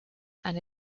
and